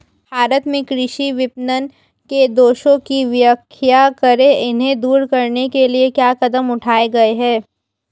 भारत में कृषि विपणन के दोषों की व्याख्या करें इन्हें दूर करने के लिए क्या कदम उठाए गए हैं?